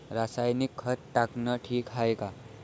रासायनिक खत टाकनं ठीक हाये का?